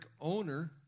owner